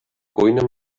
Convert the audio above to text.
cuina